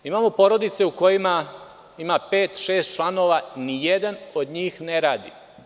Imamo porodice u kojima pet, šest članova, nijedan od njih ne radi.